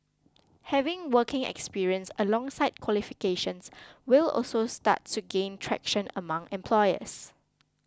having working experience alongside qualifications will also start to gain traction among employers